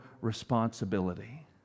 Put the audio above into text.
responsibility